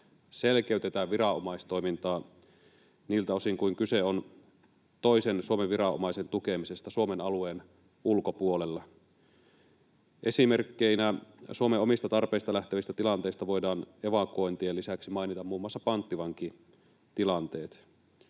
selkeytetään viranomaistoimintaa niiltä osin kuin kyse on toisen Suomen viranomaisen tukemisesta Suomen alueen ulkopuolella. Esimerkkeinä Suomen omista tarpeista lähtevistä tilanteista voidaan evakuointien lisäksi mainita muun muassa panttivankitilanteet.